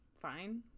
fine